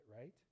right